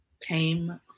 came